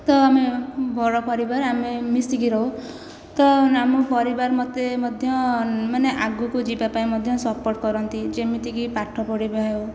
ତ ଆମେ ବଡ଼ ପରିବାର ଆମେ ମିଶିକି ରହୁ ତ ଆମ ପରିବାର ମୋତେ ମଧ୍ୟ ମାନେ ଆଗକୁ ଯିବା ପାଇଁ ମଧ୍ୟ ସପୋର୍ଟ କରନ୍ତି ଯେମିତିକି ପାଠ ପଢ଼ିବା ହେଉ